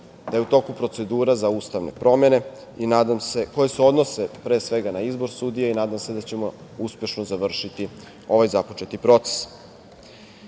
da je u toku procedura za ustavne promene, koje se odnose pre svega na izbor sudija i nadam se da ćemo uspešno završiti ovaj započeti